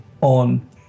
on